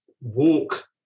walk